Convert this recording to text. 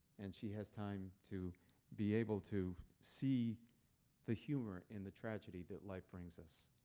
and she has time to be able to see the humor in the tragedy that life brings us.